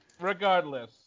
regardless